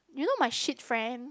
you know my shit friend